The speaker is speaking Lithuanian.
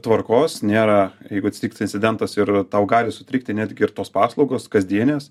tvarkos nėra jeigu atsitiks incidentas ir tau gali sutrikti netgi ir tos paslaugos kasdienės